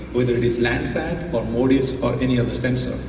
whether it is land side, or motis or any other sensor.